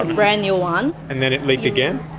ah brand new one. and then it leaked again?